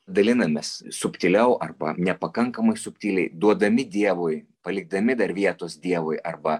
dalinamės subtiliau arba nepakankamai subtiliai duodami dievui palikdami dar vietos dievui arba